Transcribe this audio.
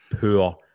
Poor